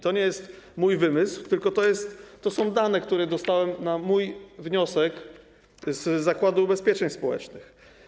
To nie jest mój wymysł, tylko to są dane, które dostałem na mój wniosek z Zakładu Ubezpieczeń Społecznych.